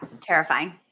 terrifying